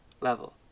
level